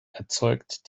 erzeugt